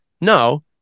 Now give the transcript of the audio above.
No